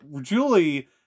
Julie